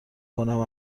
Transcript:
کنم